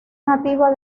nativa